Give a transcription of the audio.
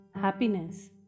happiness